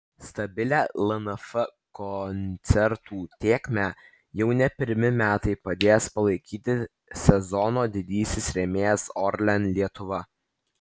stabilią lnf koncertų tėkmę jau ne pirmi metai padės palaikyti sezono didysis rėmėjas orlen lietuva